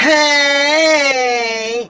Hey